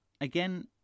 again